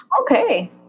okay